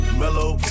mellow